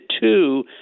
two